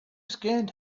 skinned